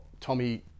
Tommy